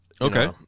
okay